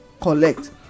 collect